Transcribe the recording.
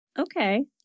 Okay